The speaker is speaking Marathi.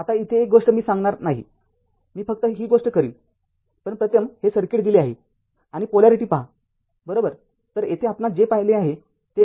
आता इथे एक गोष्ट मी सांगणार नाहीमी फक्त ही गोष्ट करीन पण प्रथम हे सर्किट दिले आहेआणि पोलॅरिटी पहाबरोबर